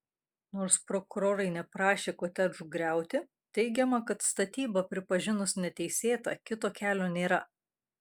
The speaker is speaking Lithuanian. nors prokurorai neprašė kotedžų griauti teigiama kad statybą pripažinus neteisėta kito kelio nėra